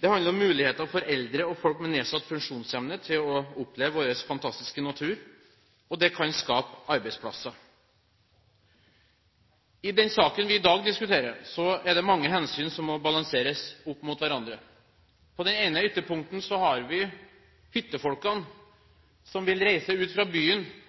det handler om muligheter for eldre og folk med nedsatt funksjonsevne til å oppleve vår fantastiske natur, og det kan skape arbeidsplasser. I den saken vi i dag diskuterer, er det mange hensyn som må balanseres opp mot hverandre. På det ene ytterpunktet har vi hyttefolkene som vil reise ut fra byen